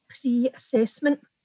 pre-assessment